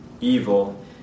evil